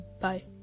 bye